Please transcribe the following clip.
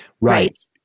Right